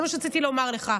זה מה שרציתי לומר לך.